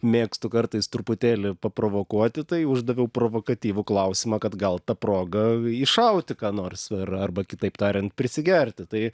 mėgstu kartais truputėlį paprovokuoti tai uždaviau provokatyvų klausimą kad gal ta proga iššauti ką nors ir arba kitaip tariant prisigerti tai